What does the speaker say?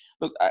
look